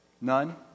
none